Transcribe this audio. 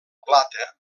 plata